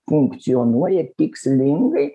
funkcionuoja tikslingai